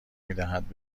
میدهد